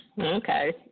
Okay